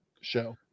show